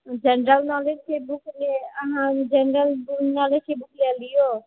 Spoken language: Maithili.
जेनरल नोलेज के बुक ले अहाँ जेनरल नोलेज के बुक लै लियौ